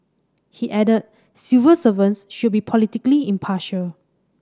he added civil servants should be politically impartial